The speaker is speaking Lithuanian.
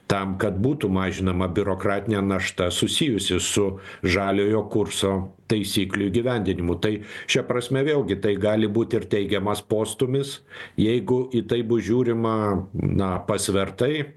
tam kad būtų mažinama biurokratinė našta susijusi su žaliojo kurso taisyklių įgyvendinimu tai šia prasme vėlgi tai gali būt ir teigiamas postūmis jeigu į tai bus žiūrima na pasvertai